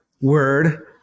Word